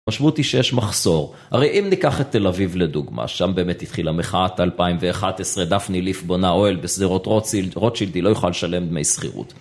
משמעותית שיש מחסור, הרי אם ניקח את תל אביב לדוגמה, שם באמת התחילה מחאת 2011, דפני ליף בונה אוהל בשדרות רוטשילד, רוטשילד היא לא יכולה לשלם דמי שכירות.